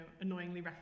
annoyingly